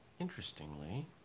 Interestingly